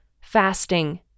fasting